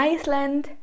Iceland